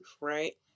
right